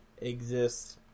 exist